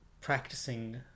practicing